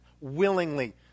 willingly